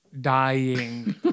dying